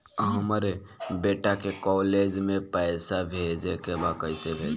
हमर बेटा के कॉलेज में पैसा भेजे के बा कइसे भेजी?